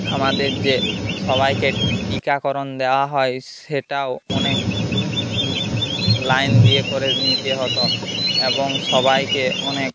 আমাদের যে সবাইকে টিকাকরণ দেওয়া হয় সেটাও অনেক লাইন দিয়ে করে নিতে হতো এবং সবাইকে অনেক